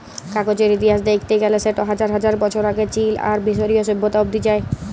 কাগজের ইতিহাস দ্যাখতে গ্যালে সেট হাজার হাজার বছর আগে চীল আর মিশরীয় সভ্যতা অব্দি যায়